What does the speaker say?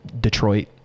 Detroit